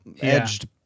edged